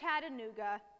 Chattanooga